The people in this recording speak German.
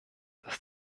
dass